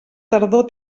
tardor